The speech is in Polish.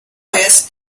jest